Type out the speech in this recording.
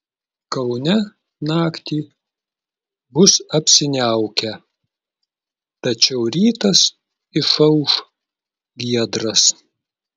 kaune naktį bus apsiniaukę tačiau rytas išauš giedras